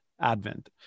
Advent